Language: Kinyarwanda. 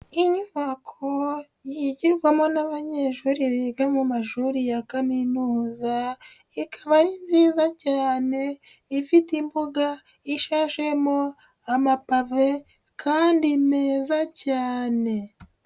Inyubako yigirwamo n'abanyeshuri biga mu mashuri ya kaminuza, ikaba ari nziza cyane, ifite imbuga ishashemo amapave kandi meza cyane.